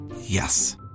Yes